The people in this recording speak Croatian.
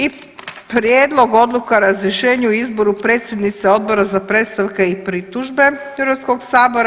I Prijedlog odluke o razrješenju i izboru predsjednice Odbora za predstavke i pritužbe Hrvatskog sabora.